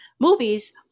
movies